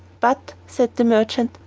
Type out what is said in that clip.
but, said the merchant,